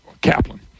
Kaplan